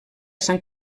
sant